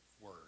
word